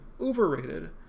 overrated